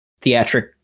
theatric